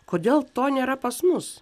kodėl to nėra pas mus